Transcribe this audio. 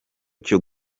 cyo